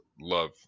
love